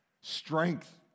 strength